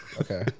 Okay